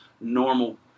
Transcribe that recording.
normal